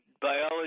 biology